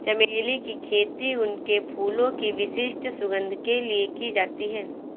चमेली की खेती उनके फूलों की विशिष्ट सुगंध के लिए की जाती है